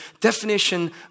definition